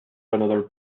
another